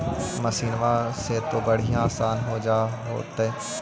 मसिनमा से तो बढ़िया आसन हो होतो?